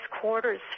quarters